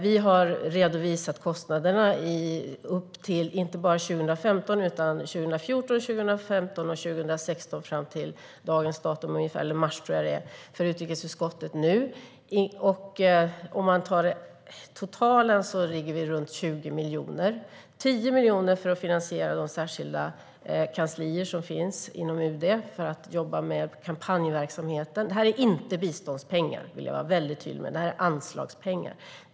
Vi har nu redovisat kostnaderna, inte bara för 2015 utan för 2014-2016 fram till mars, för utrikesutskottet. Totalt ligger kostnaden runt 20 miljoner, varav 10 miljoner för att finansiera de särskilda kanslier som finns inom UD för att jobba med kampanjverksamheten. Jag vill vara väldigt tydlig med att det inte är biståndspengar utan anslagspengar.